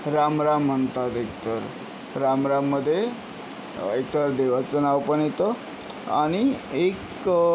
राम राम म्हणतात एकतर राम राममध्ये एकतर देवाचं नाव पण येतं आणि एक